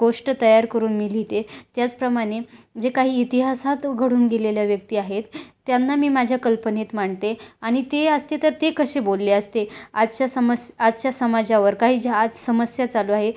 गोष्ट तयार करून मी लिहिते त्याचप्रमाणे जे काही इतिहासात घडून गेलेल्या व्यक्ती आहेत त्यांना मी माझ्या कल्पनेत मांडते आणि ते असते तर ते कसे बोलले असते आजच्या समस आजच्या समाजावर काही ज्या आज समस्या चालू आहे